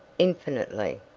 infinitely!